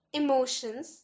emotions